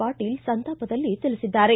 ಪಾಟೀಲ್ ಸಂತಾಪದಲ್ಲಿ ತಿಳಿಸಿದ್ದಾರೆ